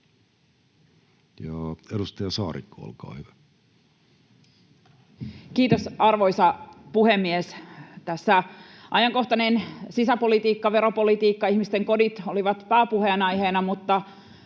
Edustaja Saarikko, olkaa hyvä. Kiitos, arvoisa puhemies! Tässä ajankohtainen sisäpolitiikka, veropolitiikka, ihmisten kodit olivat pääpuheenaiheina, mutta